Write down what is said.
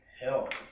help